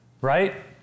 Right